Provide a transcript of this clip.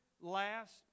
last